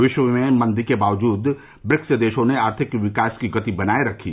विश्व में मंदी के बावजूद ब्रिक्स देशों ने आर्थिक विकास की गति बनाए रखी